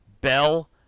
Bell